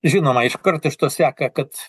žinoma iškart iš to seka kad